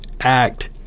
act